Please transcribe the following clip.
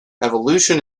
evolution